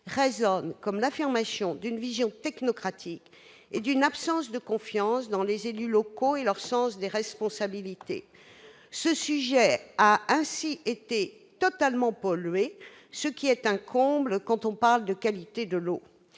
résonne comme l'affirmation d'une vision technocratique et d'une absence de confiance dans les élus locaux et leur sens des responsabilités. Ce sujet a ainsi été totalement pollué, ce qui est un comble quand on parle de qualité de l'eau